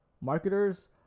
Marketers